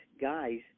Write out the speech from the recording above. guys